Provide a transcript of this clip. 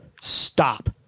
stop